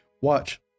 Watch